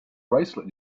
bracelet